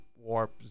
warp